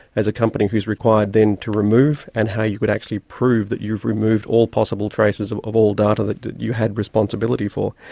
as a company who is required then to remove and how you could actually prove that you've removed all possible traces of of all data that you had responsibility for.